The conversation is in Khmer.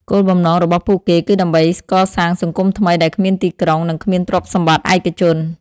គោលបំណងរបស់ពួកគេគឺដើម្បីកសាង សង្គមថ្មី ដែលគ្មានទីក្រុង និងគ្មានទ្រព្យសម្បត្តិឯកជន។